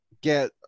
get